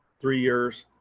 three years.